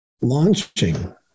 Launching